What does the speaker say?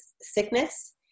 sickness